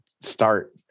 start